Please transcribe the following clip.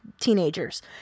teenagers